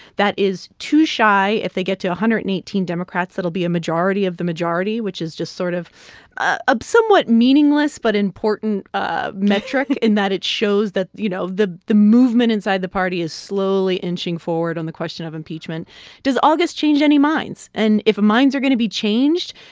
that is two shy if they get to one hundred and eighteen democrats, it'll be a majority of the majority, which is just sort of a somewhat meaningless but important ah metric in that it shows that, you know, the the movement inside the party is slowly inching forward on the question of impeachment does august change any minds? and if minds are going to be changed,